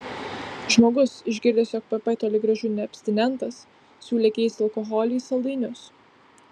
žmogus išgirdęs jog pp toli gražu ne abstinentas siūlė keisti alkoholį į saldainius